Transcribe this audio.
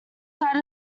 side